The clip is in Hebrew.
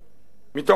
מתוך הסכמה,